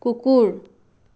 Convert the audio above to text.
কুকুৰ